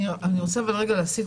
אני רוצה רגע להסיט,